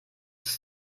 ist